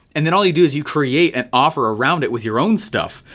and then all you do is you create an offer around it with your own stuff.